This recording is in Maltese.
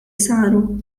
saru